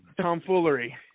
tomfoolery